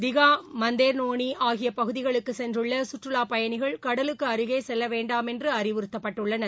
திகா மந்தேர்மோனி ஆகிய பகுதிகளுக்கு சென்றுள்ள சுற்றுவாப் பயணிகள் கடலுக்குக் அருகே செல்ல வேண்டாம் என்று அறிவுறுத்தப்பட்டுள்ளனர்